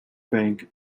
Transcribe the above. bank